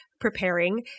preparing